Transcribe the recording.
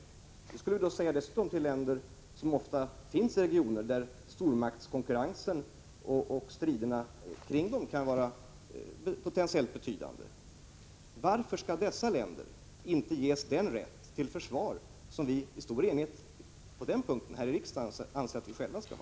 Detta skulle vi dessutom säga till länder som ofta finns i regioner där stormaktskonkurrensen och striderna kring den kan vara potentiellt betydande. Varför skall dessa länder inte ges den rätt till försvar som vi, på grundval av beslut som fattats i stor enighet här i riksdagen, anser att vi själva skall ha?